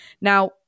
Now